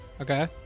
Okay